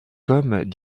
comme